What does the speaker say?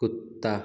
कुत्ता